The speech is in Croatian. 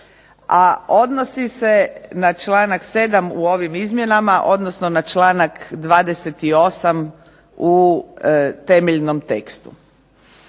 a odnosi se na članak 7. u ovim izmjenama, odnosno na članak 28. u temeljnom tekstu